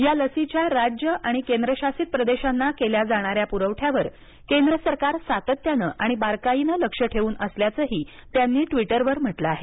या लसीच्या राज्य आणि केंद्रशासित प्रदेशांना केल्या जाणाऱ्या पुरवठ्यावर केंद्र सरकार सातत्यानं आणि बारकाईनं लक्ष ठेवून असल्याचही त्यांनी ट्वीटरवर म्हटलं आहे